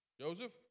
Joseph